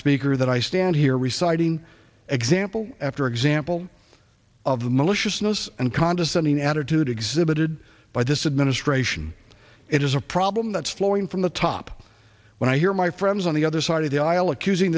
speaker that i stand here reciting example after example of the maliciousness and condescending attitude exhibited by this administration it is a problem that's flowing from the top when i hear my friends on the other side of the aisle accusing